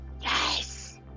Yes